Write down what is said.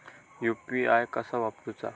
UPI कसा वापरूचा?